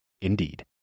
Indeed